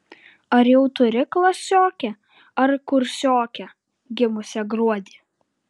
ar jau turi klasiokę ar kursiokę gimusią gruodį